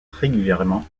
régulièrement